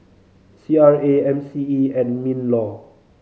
C R A M C E and MinLaw